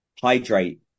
hydrate